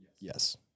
Yes